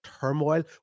turmoil